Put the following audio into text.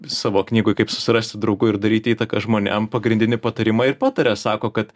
savo knygoj kaip susirasti draugų ir daryti įtaką žmonėm pagrindinį patarimą ir pataria sako kad